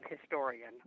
historian